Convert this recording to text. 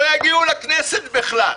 לא יגיעו לכנסת בכלל.